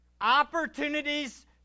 Opportunities